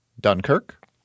Dunkirk